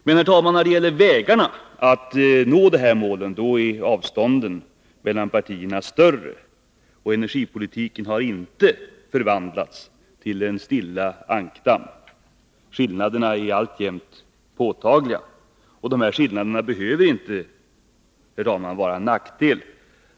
Men, herr talman, när det gäller vägarna att nå dessa mål är avståndet mellan partierna större, och energipolitiken har inte förvandlats till en stilla ankdamm. Skillnaderna är alltjämt påtagliga. De här skillnaderna behöver inte vara en nackdel.